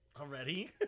Already